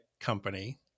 company